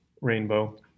Rainbow